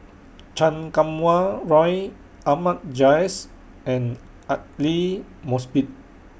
Chan Kum Wah Roy Ahmad Jais and Aidli Mosbit